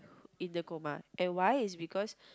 in the coma and why is because